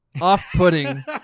off-putting